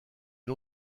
une